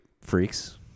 freaks